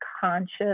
conscious